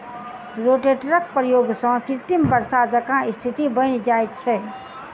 रोटेटरक प्रयोग सॅ कृत्रिम वर्षा जकाँ स्थिति बनि जाइत छै